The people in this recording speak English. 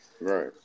right